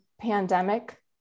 pandemic